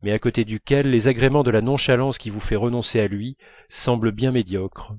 mais à côté duquel les agréments de la nonchalance qui vous fait renoncer à lui semblent bien médiocres